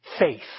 faith